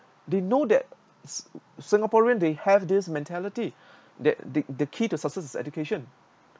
they know that s~ singaporean they have this mentality that the the key to success is education